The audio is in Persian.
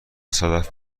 صدف